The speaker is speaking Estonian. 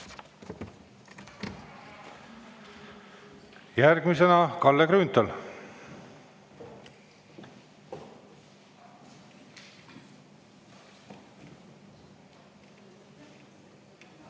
Järgmisena Kalle Grünthal.